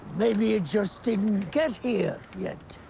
maybe it just didn't get here yet.